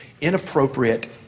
inappropriate